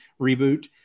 reboot